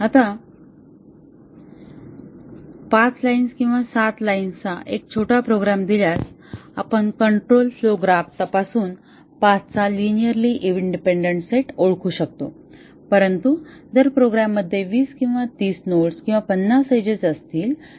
आता 5 लाईन्स किंवा 7 लाईन्स चा एक छोटा प्रोग्राम दिल्यास आपण कंट्रोल फ्लोव ग्राफ तपासून पाथ चा लिनिअरली इंडिपेंडन्ट सेट ओळखू शकतो परंतु जर प्रोग्राममध्ये 20 किंवा 30 नोड्स आणि 50 एजेस असतील तर